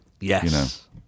Yes